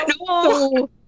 No